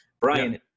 Brian